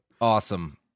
Awesome